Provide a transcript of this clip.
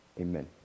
Amen